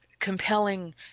compelling